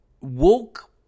woke